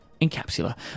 Encapsula